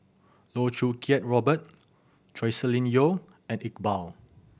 Loh Choo Kiat Robert Joscelin Yeo and Iqbal